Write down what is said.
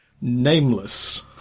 Nameless